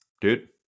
Dude